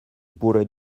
pourrait